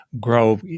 grow